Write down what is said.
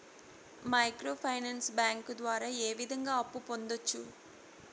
micro finance bank ద్వారా ఏ విధంగా అప్పు పొందొచ్చు